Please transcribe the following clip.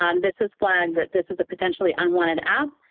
um this is flagged that this is a potentially unwanted app.